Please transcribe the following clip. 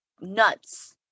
nuts